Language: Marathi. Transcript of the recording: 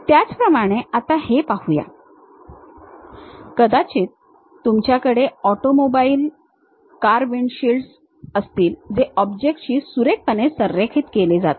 त्याचप्रमाणे आता हे पाहूया कदाचित तुमच्याकडे ऑटोमोबाईल कार विंडशील्ड्स असतील जे ऑब्जेक्टशी सुरेखपणे संरेखित केलेले असतील